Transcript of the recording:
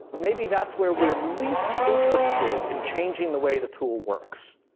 maybe that's where we're least interested in changing the way the tool works.